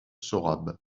sorabe